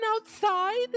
outside